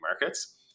markets